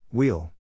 Wheel